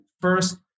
first